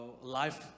life